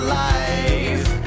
life